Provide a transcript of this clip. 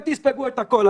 אתם תספגו את הכול.